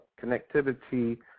connectivity